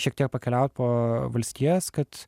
šiek tiek pakeliaut po valstijas kad